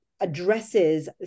addresses